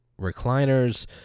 Recliners